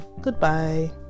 goodbye